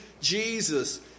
Jesus